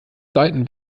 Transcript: seiten